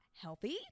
healthy